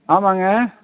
ஆமாங்க